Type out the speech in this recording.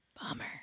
Bummer